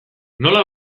nola